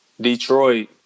Detroit